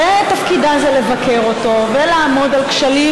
שתפקידה הוא לבקר אותו ולעמוד על כשלים,